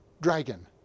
dragon